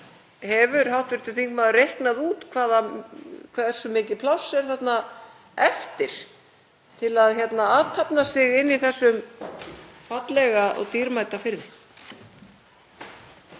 hefur hv. þingmaður reiknað út hvaða hversu mikið pláss er þarna eftir til að athafna sig inni í þessum fallega og dýrmæta firði?